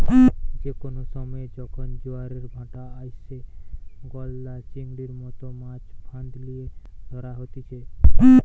যে কোনো সময়ে যখন জোয়ারের ভাঁটা আইসে, গলদা চিংড়ির মতো মাছ ফাঁদ লিয়ে ধরা হতিছে